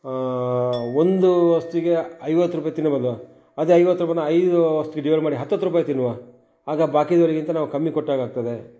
ಒಂದು ವಸ್ತುವಿಗೆ ಐವತ್ತು ರುಪಾಯ್ ತಿನ್ನೋಬದಲು ಅದೇ ಐವತ್ತು ರುಪಾಯನ್ನ ಐದೂ ವಸ್ತುವಿಗೆ ಡಿವೈಡ್ ಮಾಡಿ ಹತ್ತತ್ತು ರುಪಾಯ್ ತಿನ್ನುವ ಆಗ ಬಾಕಿದವರಿಗಿಂತ ನಾವು ಕಮ್ಮಿ ಕೊಟ್ಟಾಗಾಗ್ತದೆ